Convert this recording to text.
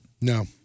No